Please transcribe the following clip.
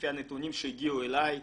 לפי הנתונים שהגיעו אלי,